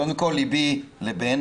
קודם כל, ליבי עם בן